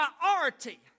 priority